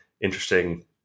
interesting